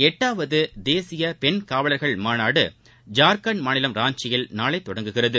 எட்டாவது தேசிய பெண் காவலர்கள் மாநாடு ஜார்கண்ட் மாநிலம் ராஞ்சியில் நாளை தொடங்குகிறது